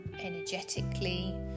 energetically